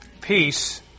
Peace